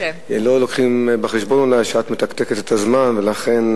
לא מביאים בחשבון אולי שאת מתקתקת את הזמן ולכן,